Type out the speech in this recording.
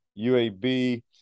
UAB